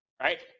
Right